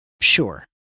Sure